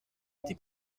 été